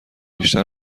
بیشتر